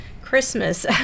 Christmas